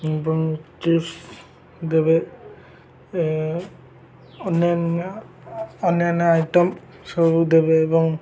ଏବଂ ଚିପସ୍ ଦେବେ ଅନ୍ୟାନ୍ୟ ଅନ୍ୟାନ୍ୟ ଆଇଟମ୍ ସବୁ ଦେବେ ଏବଂ